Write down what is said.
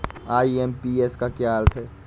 IMPS का क्या अर्थ है?